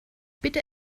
bitte